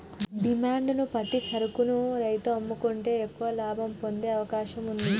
demand ను బట్టి సరుకును రైతు అమ్ముకుంటే ఎక్కువ లాభం పొందే అవకాశం వుంది